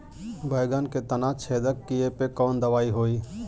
बैगन के तना छेदक कियेपे कवन दवाई होई?